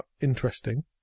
interesting